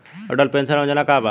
Atal pension Yojana का बा?